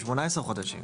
18 חודשים.